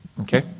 Okay